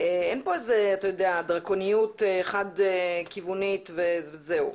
אין כאן דרקוניות חד-כיוונית וזהו.